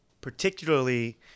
particularly